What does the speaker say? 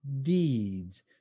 deeds